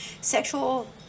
sexual